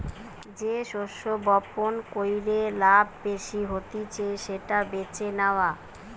যে শস্য বপণ কইরে লাভ বেশি হতিছে সেটা বেছে নেওয়া